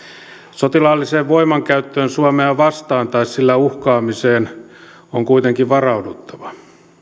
sotilaalliseen voimankäyttöön suomea vastaan tai sillä uhkaamiseen on kuitenkin varauduttava